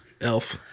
Elf